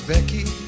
Becky